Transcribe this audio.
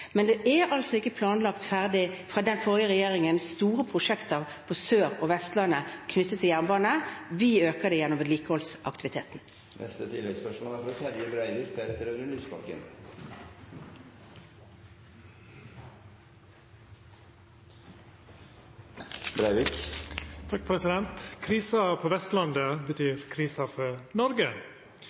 Men det er altså ikke planlagt ferdig fra den forrige regjeringen når det gjelder store prosjekter på Sør- og Vestlandet knyttet til jernbane. Vi øker det gjennom vedlikeholdsaktiviteten. Terje Breivik – til oppfølgingsspørsmål. Krisa på Vestlandet betyr krise for